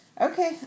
Okay